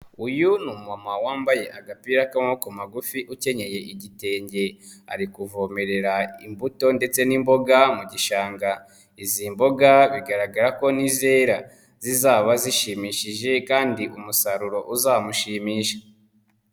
Uyu ni umumama wambaye agapira k'amaboko magufi ukenyeye igitenge ari kuvomerera imbuto ndetse n'imboga mu gishanga, izi mboga bigaragara ko nizera zizaba zishimishije kandi umusaruro uzamushimisha.